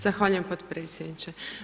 Zahvaljujem potpredsjedniče.